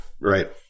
Right